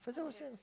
Faizal-Hussain